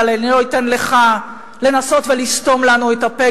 ואני לא אתן לך לנסות ולסתום לנו את הפה